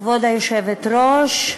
כבוד היושבת-ראש,